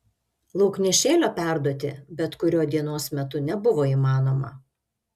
lauknešėlio perduoti bet kuriuo dienos metu nebuvo įmanoma